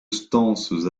stances